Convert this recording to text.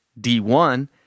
D1